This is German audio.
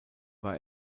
war